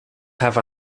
have